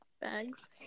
Bags